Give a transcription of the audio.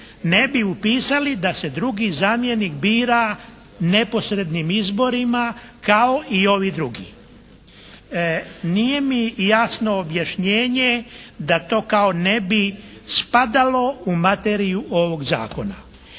ne bi upisali da se drugi zamjenik bira neposrednim izborima kao i ovi drugi. Nije mi jasno objašnjenje da to kao ne bi spadalo u materiju ovog zakona.